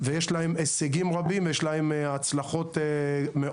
ויש להם הישגים רבים ויש להם הצלחות מאוד